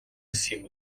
эсэхийг